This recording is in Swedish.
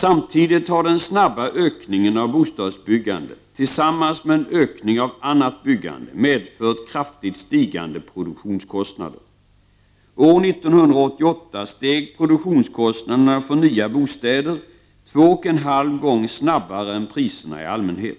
Samtidigt har den snabba ökningen av bostadsbyggandet tillsammans med en ökning av annat byggande medfört kraftigt stigande produktionskostnader. År 1988 steg produktionskostnaderna för nya bostäder två och en halv gång snabbare än priserna i allmänhet.